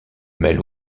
mêle